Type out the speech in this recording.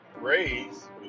raise